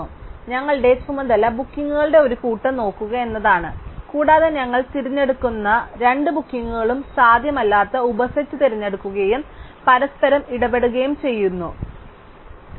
അതിനാൽ ഞങ്ങളുടെ ചുമതല ബുക്കിംഗുകളുടെ ഒരു കൂട്ടം നോക്കുക എന്നതാണ് കൂടാതെ ഞങ്ങൾ തിരഞ്ഞെടുക്കുന്ന രണ്ട് ബുക്കിംഗുകളും സാധ്യമല്ലാത്ത ഉപസെറ്റ് തിരഞ്ഞെടുക്കുകയും പരസ്പരം ഇടപെടുകയും ചെയ്യുക എന്നതാണ്